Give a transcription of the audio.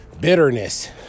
bitterness